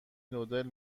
نودل